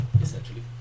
essentially